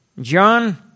John